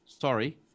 Sorry